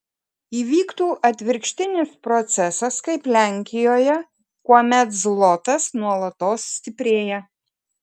įvyktų atvirkštinis procesas kaip lenkijoje kuomet zlotas nuolatos stiprėja